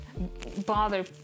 bother